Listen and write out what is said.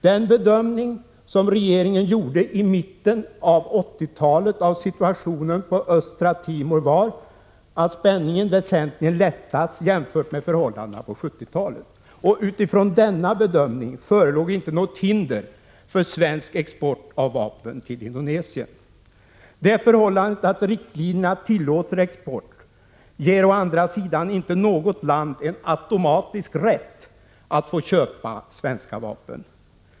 Den bedömning som regeringen gjorde i mitten av 80-talet av situationen på Östra Timor var att spänningen väsentligen lättat jämfört med förhållandena på 70-talet. Utifrån denna bedömning förelåg inte något hinder för svensk export av vapen till Indonesien. Det förhållandet att riktlinjerna tillåter export ger å andra sidan inte något land en automatisk rätt att köpa svenska vapen.